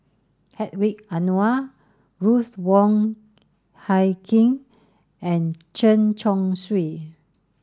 Hedwig Anuar Ruth Wong Hie King and Chen Chong Swee